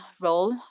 role